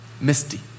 Misty